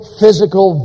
physical